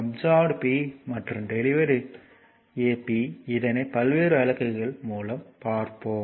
absorbed P மற்றும் delivered P இதனை பல்வேறு வழக்குகள் மூலம் பார்ப்போம்